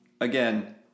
again